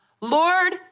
Lord